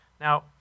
Now